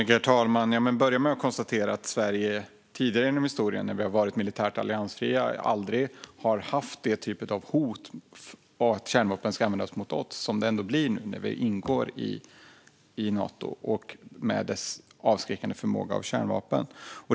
Herr talman! Jag börjar med att konstatera att tidigare i historien när Sverige varit militärt alliansfritt har vi aldrig stått inför det hot om att kärnvapen ska användas mot oss som kommer nu när vi ska ingå i Nato med dess avskräckande kärnvapenförmåga.